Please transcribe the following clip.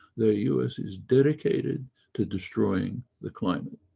there us is dedicated to destroying the climate.